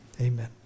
amen